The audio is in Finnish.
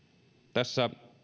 tässä